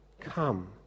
come